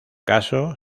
caso